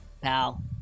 pal